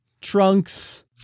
Trunks